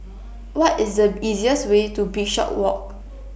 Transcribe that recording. What IS The easiest Way to Bishopswalk